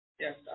Yes